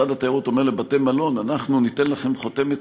משרד התיירות אומר לבתי-מלון: אנחנו ניתן לכם חותמת